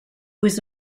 was